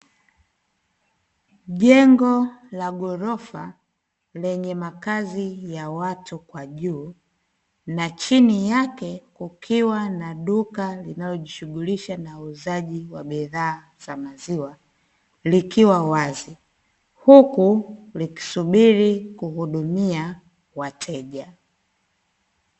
Jengo la ghorofa lenye makazi ya watu kwa juu na chini yake kukiwa na duka linalojishughulisha na uuzaji wa bidhaa za maziwa, likiwa wazi, huku likisubiri kuhudumia wateja.